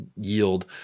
yield